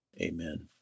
Amen